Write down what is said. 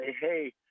Hey